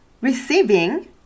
receiving